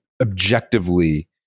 objectively